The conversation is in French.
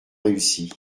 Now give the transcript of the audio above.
réussi